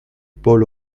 paul